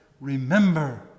Remember